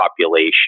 population